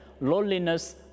loneliness